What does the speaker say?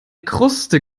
kruste